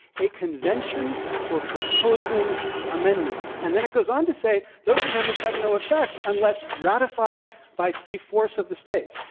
a convention for proposing amendments. and then it goes on to say, those amendments have no effect unless ratified by three-fourths of the states.